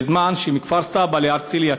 בזמן שמכפר-סבא להרצליה,